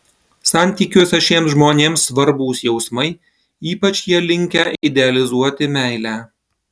santykiuose šiems žmonėms svarbūs jausmai ypač jie linkę idealizuoti meilę